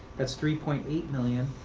that's three point eight million.